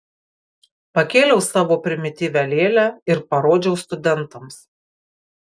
pakėliau savo primityvią lėlę ir parodžiau studentams